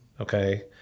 Okay